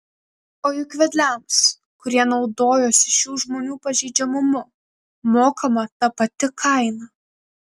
o juk vedliams kurie naudojosi šių žmonių pažeidžiamumu mokama ta pati kaina